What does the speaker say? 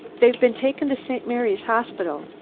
they have been taken to st. mary's hospital.